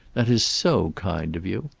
that is so kind of you!